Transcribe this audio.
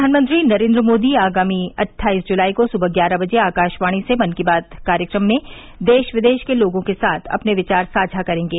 प्रधानमंत्री नरेन्द्र मोदी अट्ठाईस जुलाई को सुबह ग्यारह बजे आकाशवाणी से मन की बात में देश विदेश के लोगों के साथ अपने विचार साझा करेंगे